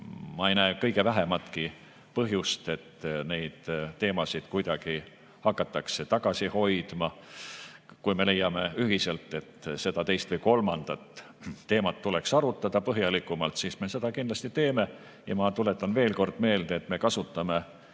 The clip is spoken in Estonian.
ma ei näe kõige vähematki põhjust, et neid teemasid kuidagi hakataks tagasi hoidma. Kui me leiame ühiselt, et seda, teist või kolmandat teemat tuleks põhjalikumalt arutada, siis me seda kindlasti teeme. Ma tuletan veel kord meelde, et me kasutame võimalust